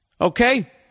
Okay